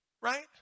Right